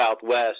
southwest